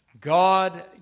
God